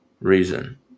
reason